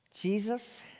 Jesus